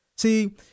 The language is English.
See